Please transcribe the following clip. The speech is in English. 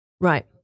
Right